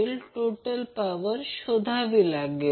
तर Vcb VL Ic cos 30 o असेल